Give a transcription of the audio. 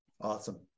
Awesome